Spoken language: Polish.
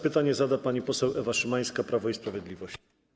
Pytanie zada pani poseł Ewa Szymańska, Prawo i Sprawiedliwość.